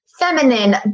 Feminine